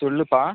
சொல்லுப்பா